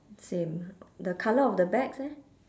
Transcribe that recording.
same the colour of the bags eh